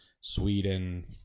Sweden